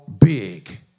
big